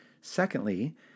Secondly